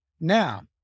Now